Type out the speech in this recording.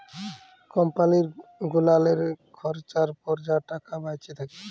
কম্পালি গুলালের খরচার পর যা টাকা বাঁইচে থ্যাকে